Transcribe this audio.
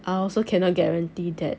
I also cannot guarantee that